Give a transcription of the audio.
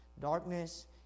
darkness